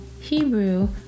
Hebrew